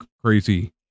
crazy